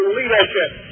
leadership